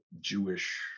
Jewish